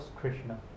Krishna